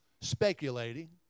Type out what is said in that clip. speculating